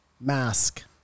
mask